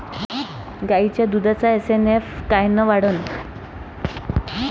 गायीच्या दुधाचा एस.एन.एफ कायनं वाढन?